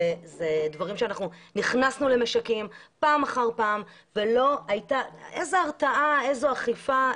אנחנו נכנסו למשקים פעם אחר פעם ולא הייתה הרתעה או אכיפה.